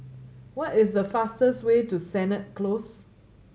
what is the fastest way to Sennett Close